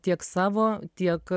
tiek savo tiek